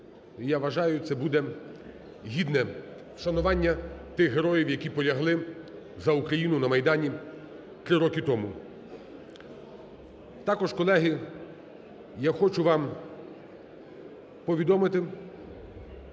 я вважаю, це буде гідне вшанування тих героїв, які полягли за Україну на Майдані три роки тому. Також, колеги, я хочу вам повідомити,